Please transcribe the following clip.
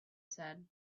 said